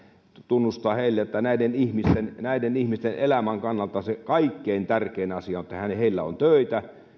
tunnustaa heille että näiden ihmisten elämän kannalta se kaikkein tärkein asia on että heillä on töitä että he